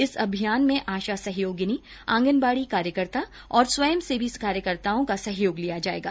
इस अभियान में आशा सहयोगिनी आंगनबाड़ी कार्यकर्ता और स्वयंसेवी कार्यकर्ताओं का सहयोग लिया जाएगा